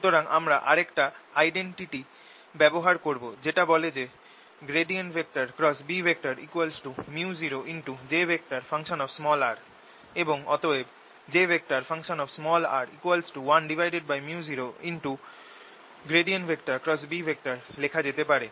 সুতরাং আমরা আরেকটা আইডেনটিটি ব্যবহার করব যেটা বলে যে B µoj এবং অতএব jr 1µo লেখা যেতে পারে